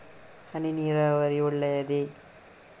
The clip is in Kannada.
ಹನಿ ನೀರಾವರಿ ಒಳ್ಳೆಯದೇ?